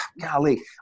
golly